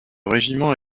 régiment